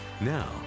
Now